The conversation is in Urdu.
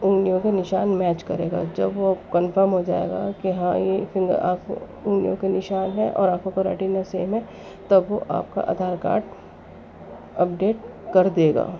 انگلیوں کے نشان میچ کرے گا جب وہ کنفرم ہو جائے گا کہ ہاں یہ فنگر آپ انگلیوں کے نشان ہیں اور آنکھوں کا سیم ہے تب آپ کا آدھار کارڈ اپ ڈیٹ کر دے گا